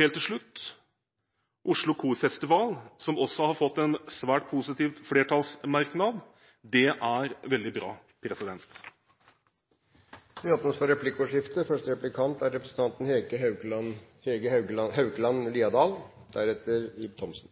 Helt til slutt vil jeg nevne Oslo Korfestival, som også har fått en svært positiv flertallsmerknad. Det er veldig bra. Det blir replikkordskifte. Jeg er glad for representanten